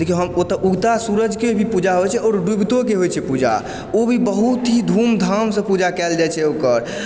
देखिऔ हम ओतए उगता सूरजके भी पूजा होइ छै आओर डुबितौके होइ छै पूजा आ ओ भी बहुत ही धूमधामसँ पूजा कयल जाइ छै ओकर